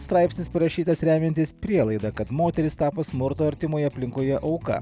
straipsnis parašytas remiantis prielaida kad moteris tapo smurto artimoje aplinkoje auka